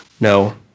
No